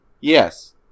Yes